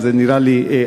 זאת התנתקות נוראה,